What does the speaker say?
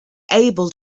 able